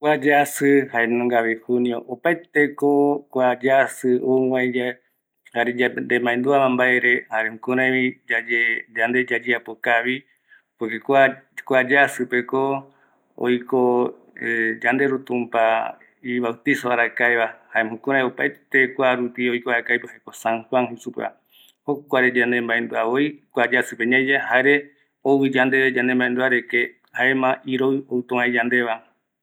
Araroi pe ko jaema jatai aeka se ve yepea, jaema mbaeti aja aeka yepea ye iroi se ve, jaema iroiye aja voy aja aeka seyeipe yepea gara vaera iroi ete seve.